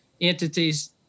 entities